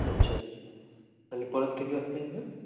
अच्छा अच्छा आणि परत किती वाजता यायचं